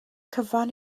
cyfan